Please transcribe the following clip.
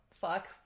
Fuck